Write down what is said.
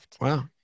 Wow